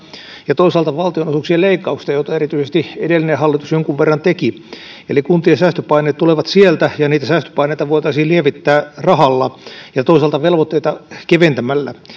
ja toisaalta valtionosuuksien leikkauksista joita erityisesti edellinen hallitus jonkun verran teki eli kuntien säästöpaineet tulevat sieltä ja niitä säästöpaineita voitaisiin lievittää rahalla ja toisaalta velvoitteita keventämällä